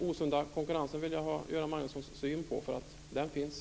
Jag vill ha Göran Magnussons syn på osund konkurrens.